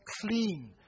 clean